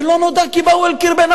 ולא נודע כי באו אל קרבנה,